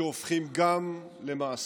שהופכים גם למעשים.